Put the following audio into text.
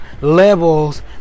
levels